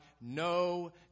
no